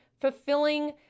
fulfilling